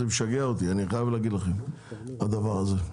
אני חייב להגיד לכם שזה משגע אותי הדבר הזה.